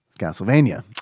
Castlevania